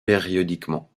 périodiquement